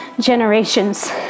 generations